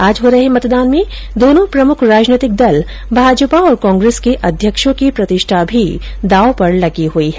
आज हो रहे मतदान में दोनो प्रमुख राजनैतिक दल भाजपा और कांग्रेस के अध्यक्षों की प्रतिष्ठा भी दाव पर लगी हई है